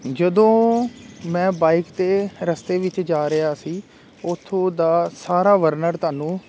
ਜਦੋਂ ਮੈਂ ਬਾਈਕ 'ਤੇ ਰਸਤੇ ਵਿੱਚ ਜਾ ਰਿਹਾ ਸੀ ਉਥੋਂ ਦਾ ਸਾਰਾ ਵਰਨਰ ਤੁਹਾਨੂੰ